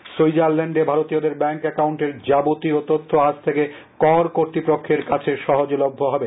কর সুইজারল্যান্ডে ভারতীয়দের ব্যাঙ্ক অ্যাকাউন্টের যাবতীয় তখ্য আজ থেকে কর কর্তৃপক্ষের কাছে সহজলভ্য হবে